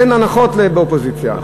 אין הנחות באופוזיציה.